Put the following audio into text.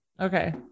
Okay